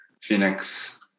Phoenix